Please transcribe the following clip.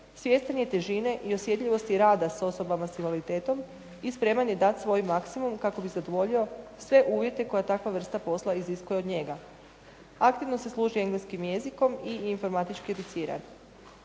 Svjestan je težine i osjetljivosti rada s osobama s invaliditetom i spreman je dati svoj maksimum kako bi zadovoljio sve uvjete koje takva vrsta posla iziskuje od njega. Aktivno se služi engleskim jezikom i informatički je educiran.